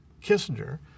Kissinger